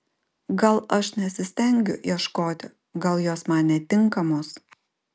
gal aš nesistengiu ieškoti gal jos man netinkamos